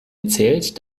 erzählt